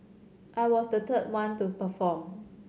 I was the third one to perform